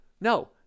No